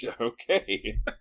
Okay